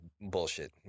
bullshit